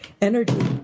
energy